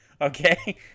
Okay